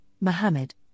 Muhammad